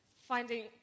finding